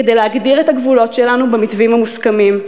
כדי להגדיר את הגבולות שלנו במתווים המוסכמים,